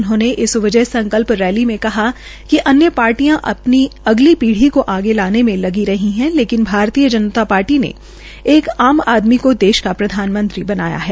उन्होंने इस विजय संकल्प रैली में कहा कि अन्य पार्टियां अपनी पीढ़ी को आगे लाने में लगी है लेकिन भारतीय जनता पार्टी ने एक आम आदमी को देश का प्रधानमंत्री बनाया है